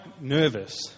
nervous